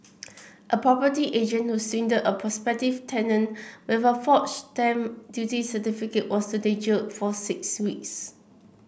a property agent who swindled a prospective tenant with a forged stamp duty certificate was today jailed for six weeks